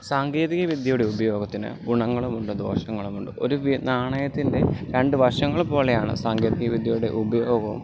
സാങ്കേതിക വിദ്യയുടെ ഉപയോഗത്തിന് ഗുണങ്ങളുമുണ്ട് ദോഷങ്ങളുമുണ്ട് ഒരു നാണയത്തിൻ്റെ രണ്ട് വശങ്ങള് പോലെയാണ് സാങ്കേതികവിദ്യയുടെ ഉപയോഗം